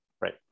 Right